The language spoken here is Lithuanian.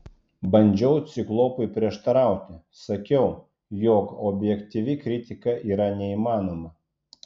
bandžiau ciklopui prieštarauti sakiau jog objektyvi kritika yra neįmanoma